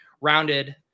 rounded